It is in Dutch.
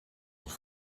het